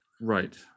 Right